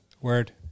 Word